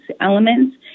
elements